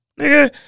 Nigga